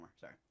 sorry